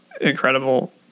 incredible